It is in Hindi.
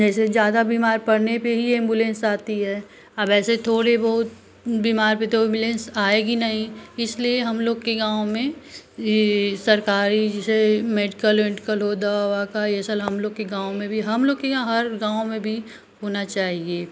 जैसे ज़्यादा बीमार पड़ने पर ही एम्बुलेंस आती है अब ऐसे थोड़े बहुत बीमार पर तो एम्बुलेंस आएगी नहीं इसलिए हम लोग के गाँव में ये सरकारी जैसे मेडिकल वेडिकल हो दवा ववा का ये सल हम लोग कि गाँव में भी हम लोग के यहाँ हर गाँव में भी होना चाहिए